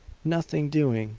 nothing doing,